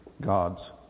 God's